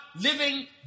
living